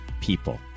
people